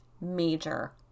major